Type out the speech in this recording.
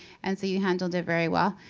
and so you handled it very well.